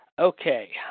Okay